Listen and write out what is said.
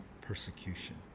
persecution